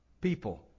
people